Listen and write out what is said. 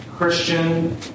Christian